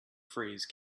phrase